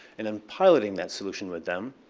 and and piloting that solution with them.